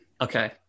Okay